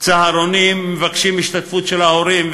לצהרונים מבקשים השתתפות של ההורים,